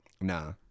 Nah